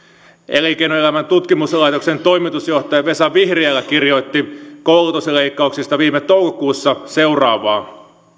elinkeinoelämän tutkimuslaitoksen toimitusjohtaja vesa vihriälä kirjoitti koulutusleikkauksista viime toukokuussa seuraavaa